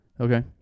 Okay